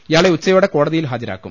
ഇയാളെ ഉച്ച യോടെ കോടതിയിൽ ഹാജരാക്കും